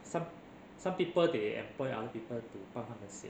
some some people they employ other people to 帮他们写